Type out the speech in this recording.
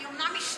אני אומנם אשתו,